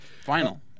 Final